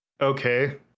okay